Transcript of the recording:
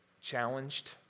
challenged